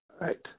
Right